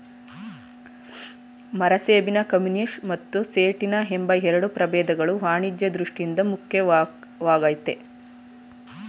ಮರಸೇಬಿನ ಕಮ್ಯುನಿಸ್ ಮತ್ತು ಸೇಟಿನ ಎಂಬ ಎರಡು ಪ್ರಭೇದಗಳು ವಾಣಿಜ್ಯ ದೃಷ್ಠಿಯಿಂದ ಮುಖ್ಯವಾಗಯ್ತೆ